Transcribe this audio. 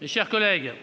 et sur Facebook.